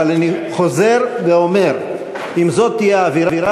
אבל אני חוזר ואומר: אם זאת תהיה האווירה,